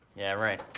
yeah, right.